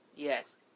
Yes